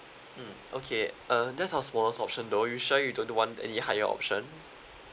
mm okay uh that's our smallest option though you sure you don't want any higher option